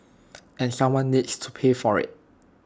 and someone needs to pay for IT